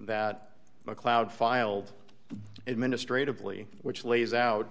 that macleod filed administratively which lays out